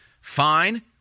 fine